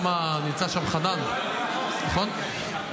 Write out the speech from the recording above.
נמצא שם חנן, נכון?